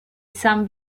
san